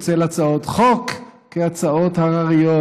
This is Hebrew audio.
או צל הצעות חוק כהצעות הרריות,